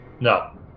No